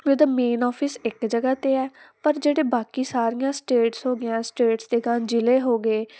ਵੀ ਉਹਦਾ main office ਇੱਕ ਜਗ੍ਹਾ 'ਤੇ ਹੈ ਪਰ ਜਿਹੜੇ ਬਾਕੀ ਸਾਰੀਆਂ ਸਟੇਟਸ ਹੋ ਗਈਆਂ ਸਟੇਟਸ ਦੇ ਅਗਾਂਹ ਜ਼ਿਲ੍ਹੇ ਹੋ ਗਏ